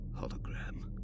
Hologram